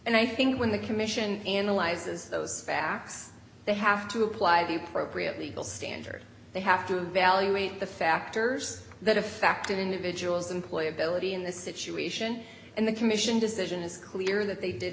and i think when the commission analyzes those facts they have to apply be appropriate legal standard they have to evaluate the factors that affect an individual's employ ability in the situation and the commission decision is clear that they did